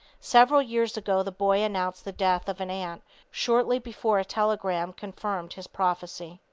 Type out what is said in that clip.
several years ago the boy announced the death of an aunt shortly before a telegram confirmed his prophesy.